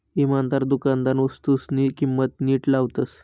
इमानदार दुकानदार वस्तूसनी किंमत नीट लावतस